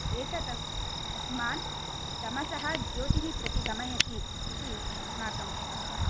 एतत् अस्मान् तमसः ज्योतिः प्रति गमयति इति अस्माकम् आस्था